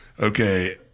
Okay